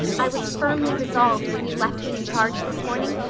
i was firmly resolved, when you left me in charge this morning,